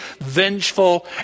vengeful